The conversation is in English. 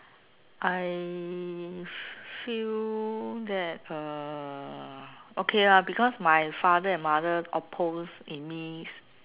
I feel that uh okay lah because my father and mother oppose in me